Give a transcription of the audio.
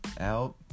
out